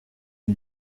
die